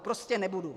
Prostě nebudu.